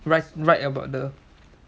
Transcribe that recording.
write write write about the